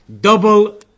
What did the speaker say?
double